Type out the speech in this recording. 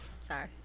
Sorry